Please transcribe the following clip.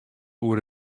oer